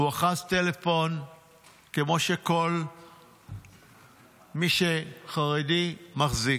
הוא אחז טלפון כמו שכל מי שחרדי מחזיק,